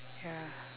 ya